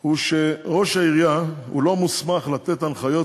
הוא שראש העירייה לא מוסמך לתת הנחיות,